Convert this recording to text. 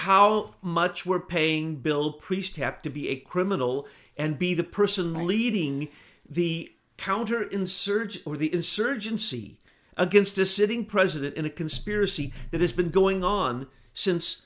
how much we're paying bill priest have to be a criminal and be the person leading the counter insurgency or the insurgency against a sitting president in a conspiracy that has been going on since